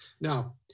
now